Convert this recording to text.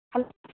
hello